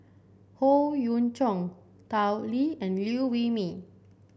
Howe Yoon Chong Tao Li and Liew Wee Mee